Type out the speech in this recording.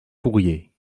fourrier